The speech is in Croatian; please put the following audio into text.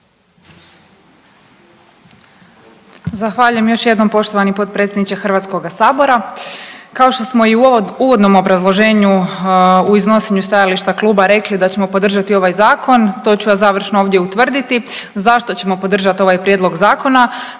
Zahvaljujem još jednom poštovani potpredsjedniče HS-a. Kao što smo i u uvodnom obrazloženju u iznosenju stajališta kluba rekli da ćemo podržati ovaj zakon to ću ja završno ovdje utvrditi. Zašto ćemo podržati ovaj prijedlog zakona?